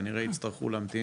כנראה יצטרכו להמתין,